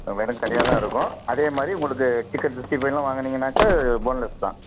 ஆ வெறும் கறியாக தான் இருக்கும் அதே மாதிரி உங்களுக்கு சிக்கன் சிஸ்ட்டி ஃபைவ்லாம் வாங்குனீங்கன்னாக்கா போன்லெஸ் தான்